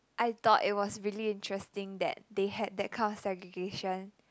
I thought it was really interesting that they had that kind of segregation